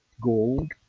Gold